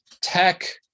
Tech